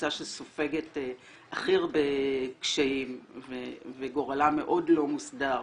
קבוצה שסופגת הכי הרבה קשיים וגורלה מאוד לא מוסדר,